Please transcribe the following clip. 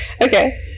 Okay